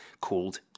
called